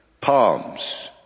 Palms